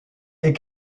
est